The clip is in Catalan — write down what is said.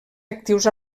actius